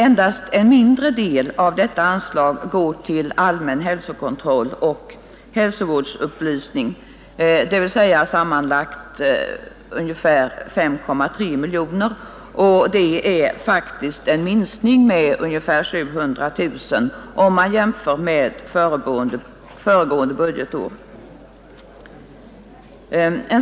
Endast en mindre del av detta anslag går till allmän hälsokontroll och hälsovårdsupplysning, nämligen sammanlagt ca 5,3 miljoner, vilket faktiskt innebär en minskning med ca 700 000 kronor jämfört med föregående budgetår.